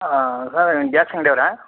ಹಾಂ sir gas ಅಂಗಡಿ ಅವ್ರಾ